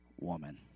woman